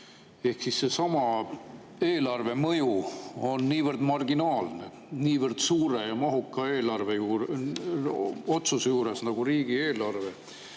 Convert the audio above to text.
käsitles. Seesama eelarvemõju on niivõrd marginaalne niivõrd suure ja mahuka otsuse juures nagu riigieelarve.